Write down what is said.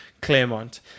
claremont